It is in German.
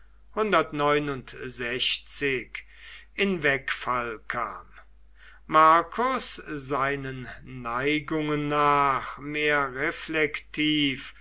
in wegfall kam marcus seinen neigungen nach mehr